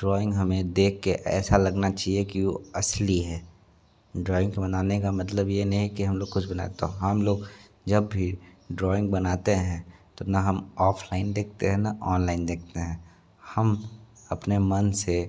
drawing हमें देखके ऐसा लगना चाहिए की वो असली है ड्राइंग बनाने का मतलब यह नहीं कि हम लोग कुछ बनाऐ तो हम लोग जब भी ड्राइंग बनाते हैं तो ना हम ऑफलाइन देखते हैं ना ऑनलाइन देखते हैं हम अपने मन से